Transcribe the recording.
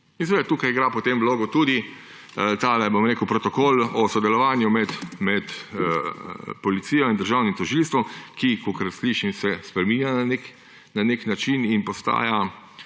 tukaj igra potem vlogo tudi protokol o sodelovanju med policijo in državnim tožilstvom, ki – kakor slišim – se spreminja na nek način in postaja